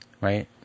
right